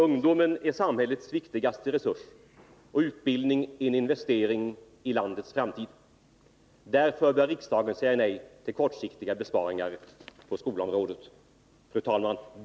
—-—- Ungdomen är samhällets viktigaste resurs och utbildning en investering i landets framtid. Därför bör riksdagen säga nej till kortsiktiga besparingar på skolområdet.” Fru talman!